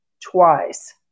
Twice